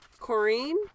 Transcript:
Corinne